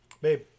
babe